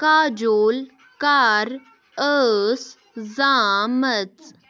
کاجول کر ٲس زامٕژ